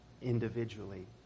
individually